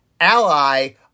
ally